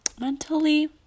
mentally